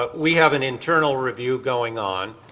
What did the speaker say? but we have an internal review going on,